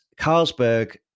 carlsberg